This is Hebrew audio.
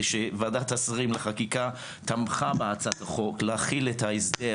שוועדת השרים לענייני חקיקה תמכה בהצעת החוק להחיל את ההסדר